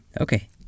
Okay